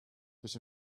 durch